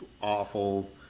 awful